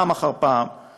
פעם אחר פעם,